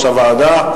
יושב-ראש הוועדה.